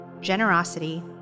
generosity